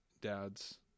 dad's